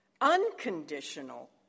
unconditional